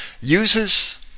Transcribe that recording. uses